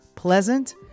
pleasant